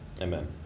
amen